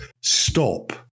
stop